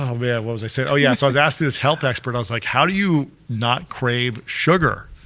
um yeah what was i saying? oh yeah, so i was asking this health expert, i was like how do you not crave sugar,